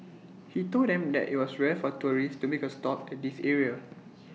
he told them that IT was rare for tourists to make A stop at this area